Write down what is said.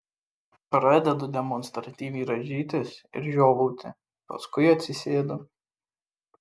pradedu demonstratyviai rąžytis ir žiovauti paskui atsisėdu